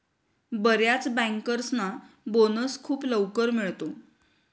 बर्याच बँकर्सना बोनस खूप लवकर मिळतो